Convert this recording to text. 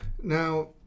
Now